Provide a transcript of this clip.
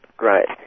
Right